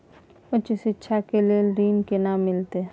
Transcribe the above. उच्च शिक्षा के लेल ऋण केना मिलते?